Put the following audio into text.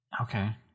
okay